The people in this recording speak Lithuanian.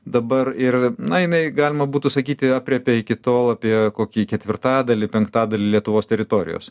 dabar ir na jinai galima būtų sakyti aprėpė iki tol apie kokį ketvirtadalį penktadalį lietuvos teritorijos